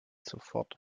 sofort